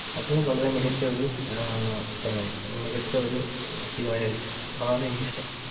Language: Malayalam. അത് വളരെ മികച്ച ഒരു സ്ഥലമായിരിക്കും മികച്ച ഒരു തീരുമാനമായിരിക്കും അതാണ് എനിക്കിഷ്ടം